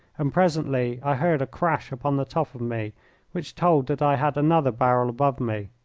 and presently i heard a crash upon the top of me which told that i had another barrel above me.